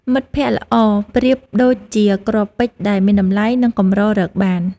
មិត្តភក្តិល្អប្រៀបដូចជាគ្រាប់ពេជ្រ ដែលមានតម្លៃ និងកម្ររកបាន។